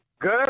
Good